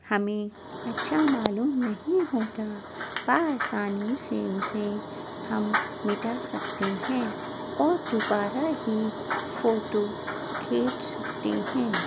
ہمیں اچھا معلوم نہیں ہوتا بآسانی سے اسے ہم مٹا سکتے ہیں اور دوبارہ ہی فوٹو کھینچ سکتے ہیں